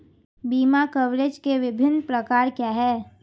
बीमा कवरेज के विभिन्न प्रकार क्या हैं?